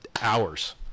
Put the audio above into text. hours